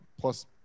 plus